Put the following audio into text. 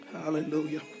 Hallelujah